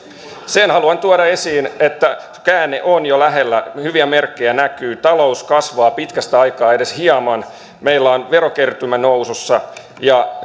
sen haluan tuoda esiin että käänne on jo lähellä hyviä merkkejä näkyy talous kasvaa pitkästä aikaa edes hieman meillä on verokertymä nousussa ja